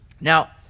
Now